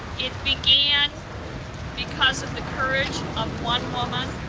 it began because of the courage of one woman,